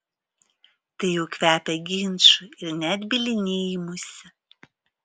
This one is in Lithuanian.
tai jau kvepia ginču ir net bylinėjimusi